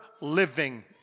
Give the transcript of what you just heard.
living